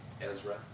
Ezra